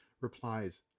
replies